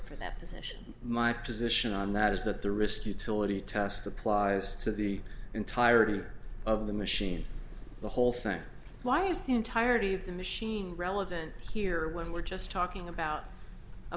for that position my position on that is that the risk utility test applies to the entirety of the machine the whole thing why is the entirety of the machine relevant here when we're just talking about a